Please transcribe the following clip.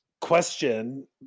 question